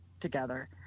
together